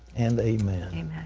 and amen.